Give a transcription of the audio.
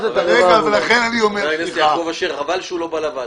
חבר הכנסת יעקב אשר, חבל שהוא לא בא לוועדה.